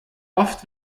oft